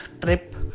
trip